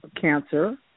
cancer